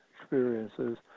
experiences